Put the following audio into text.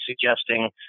suggesting